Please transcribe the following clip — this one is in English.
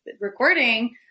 recording